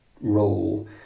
role